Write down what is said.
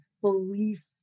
belief